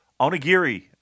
Onigiri